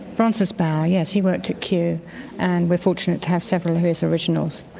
francis bauer, yes, he worked at kew and we're fortunate to have several of his originals.